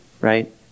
right